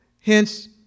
Hence